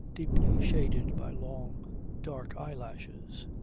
deeply shaded by long dark eyelashes.